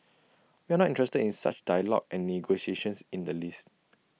we are not interested in such dialogue and negotiations in the least